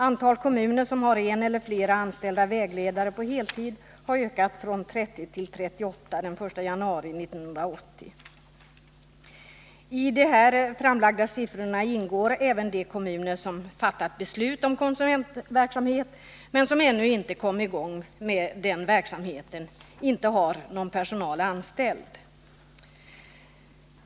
Antalet kommuner som har en eller flera anställda vägledare på heltid hade ökat från 30 till 38 den 1 januari 1980. I de här framlagda siffrorna ingår även de kommuner som har fattat beslut om konsumentverksamhet men som ännu inte har kommit i gång med verksamheten och inte har någon personal anställd.